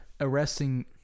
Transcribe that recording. arresting